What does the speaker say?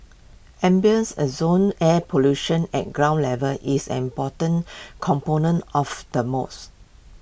ambience ozone air pollution at ground level is an important component of the moss